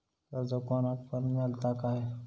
कर्ज कोणाक पण मेलता काय?